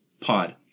pod